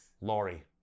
Laurie